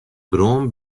brân